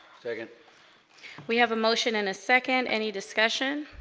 second we have a motion in a second any discussion